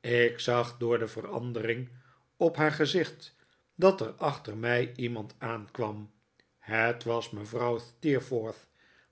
ik zag door de verandering op haar gezicht dat er achter mij iemand aankwam het was mevrouw steerforth